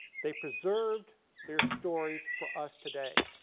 they preserved their stories for us today,